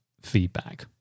feedback